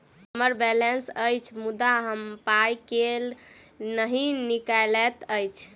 हम्मर बैलेंस अछि मुदा पाई केल नहि निकलैत अछि?